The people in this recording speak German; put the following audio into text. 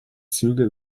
züge